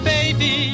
Baby